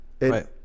Right